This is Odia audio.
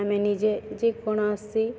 ଆମେ ନିଜେ ଯେକୌଣସି